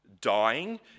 dying